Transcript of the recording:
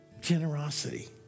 Generosity